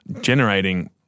generating